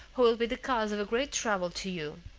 who will be the cause of a great trouble to you.